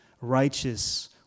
righteous